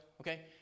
okay